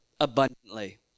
abundantly